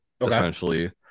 essentially